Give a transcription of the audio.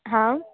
हा